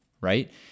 right